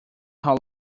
how